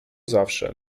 zawsze